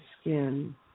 skin